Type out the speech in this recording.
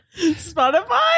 Spotify